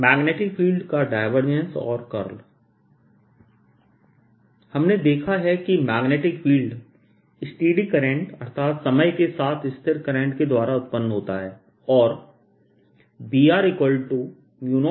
magnetic field का divergence और curl हमने देखा है कि मैग्नेटिक फील्ड स्टेडी करंट अर्थात समय के साथ स्थिर करंट के द्वारा उत्पन्न होता है और Br0I4πdl×r r